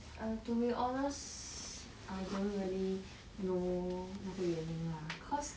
err to be honest I don't really know 那个原因 lah cause